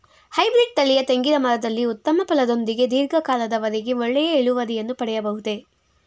Hybrid ತಳಿಯ ತೆಂಗಿನ ಮರದಲ್ಲಿ ಉತ್ತಮ ಫಲದೊಂದಿಗೆ ಧೀರ್ಘ ಕಾಲದ ವರೆಗೆ ಒಳ್ಳೆಯ ಇಳುವರಿಯನ್ನು ಪಡೆಯಬಹುದೇ?